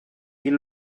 est